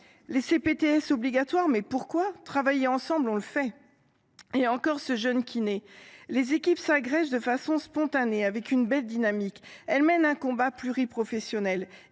Les CPTS obligatoires, mais pourquoi ? Travailler ensemble, on le fait. » Ou encore ce jeune kiné :« Les équipes s’agrègent de façon spontanée, avec une belle dynamique ; elles mènent un combat pluriprofessionnel.